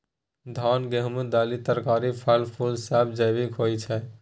धान, गहूम, दालि, तरकारी, फल, फुल सब जैविक होई छै